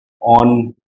on